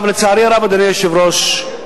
לצערי הרב, אדוני היושב-ראש,